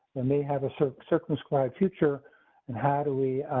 and may have a certain circles cr, future and how do we,